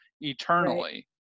eternally